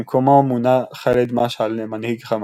במקומו מונה ח'אלד משעל למנהיג חמאס.